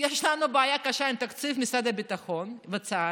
יש לנו בעיה קשה עם תקציב משרד הביטחון וצה"ל,